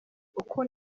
uko